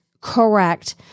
Correct